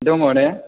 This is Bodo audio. दङ ने